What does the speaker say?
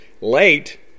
late